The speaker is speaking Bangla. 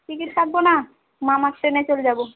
টিকিট কাটবো না মামার ট্রেনে চলে যাবো